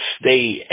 stay